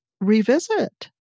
revisit